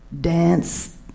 dance